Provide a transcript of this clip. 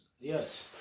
yes